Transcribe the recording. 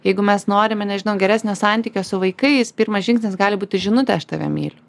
jeigu mes norime nežinau geresnio santykio su vaikais pirmas žingsnis gali būti žinutė aš tave myliu